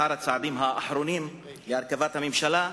אחר הצעדים האחרונים להרכבת הממשלה,